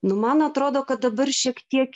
nu man atrodo kad dabar šiek tiek